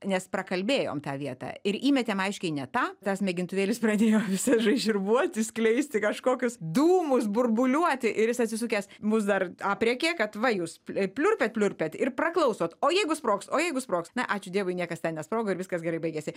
nes prakalbėjom tą vietą ir įmetėm aiškiai ne tą tas mėgintuvėlius pradėjo visas žaižirbuoti skleisti kažkokius dūmus burbuliuoti ir jis atsisukęs mus dar aprėkė kad va jūs e pliurpiat pliurpiat ir paklausot o jeigu sprogs o jeigu sprogs na ačiū dievui niekas ten nesprogo ir viskas gerai baigėsi